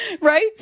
Right